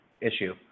issue